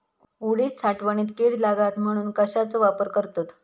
उडीद साठवणीत कीड लागात म्हणून कश्याचो वापर करतत?